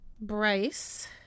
Bryce